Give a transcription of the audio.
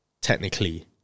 technically